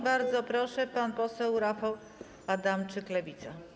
Bardzo proszę, pan poseł Rafał Adamczyk, Lewica.